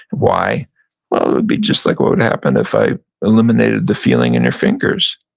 why? well, it would be just like what would happen if i eliminated the feeling in your fingers.